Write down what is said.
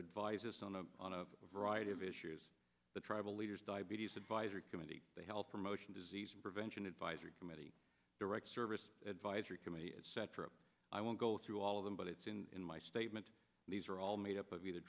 advise us on a variety of issues the tribal leaders diabetes advisory committee the health promotion disease prevention advisory committee direct service advisory committee etc i won't go through all of them but it's in my statement these are all made up of either